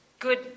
Good